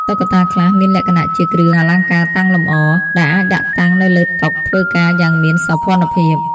តុក្កតាខ្លះមានលក្ខណៈជា គ្រឿងអលង្ការតាំងលម្អ ដែលអាចដាក់តាំងនៅលើតុធ្វើការយ៉ាងមានសោភ័ណភាព។